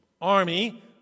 army